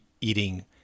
eating